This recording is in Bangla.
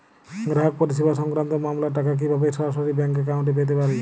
গ্রাহক পরিষেবা সংক্রান্ত মামলার টাকা কীভাবে সরাসরি ব্যাংক অ্যাকাউন্টে পেতে পারি?